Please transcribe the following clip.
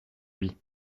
lui